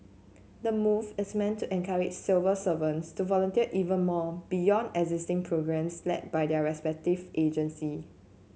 the move is meant to encourage civil servants to volunteer even more beyond existing programmes led by their respective agencies